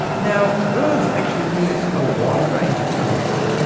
now, birds actually use a wide range of tools,